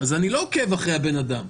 אז אני לא עוקב אחרי הבן אדם,